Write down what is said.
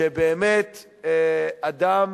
באמת, אדם